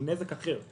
הוא נזק אחר.